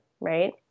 right